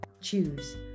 choose